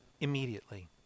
immediately